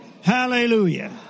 Hallelujah